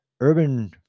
urban